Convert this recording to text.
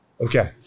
Okay